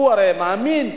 הוא הרי מאמין,